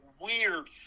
weird